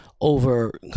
over